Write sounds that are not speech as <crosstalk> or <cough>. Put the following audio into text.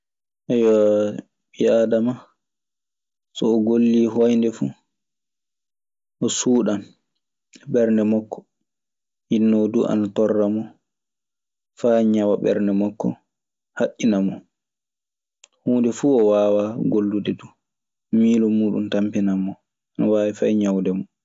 <hesitation> Ɓi aadama, so o gollii hoynde fuu, o suuɗan e ɓernde makko. Hinnoo duu ana torla mo faa ñawa ɓernde makko, haƴƴina mo. Huunde fuu o waawaa gollude duu. Miilo muuɗun tampinan mo. Omo waawi fay ñawde mo.